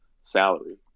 salary